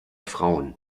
frauen